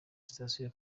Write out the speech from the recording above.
sitasiyo